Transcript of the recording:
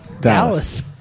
Dallas